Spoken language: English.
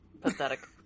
pathetic